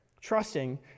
trusting